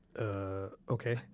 Okay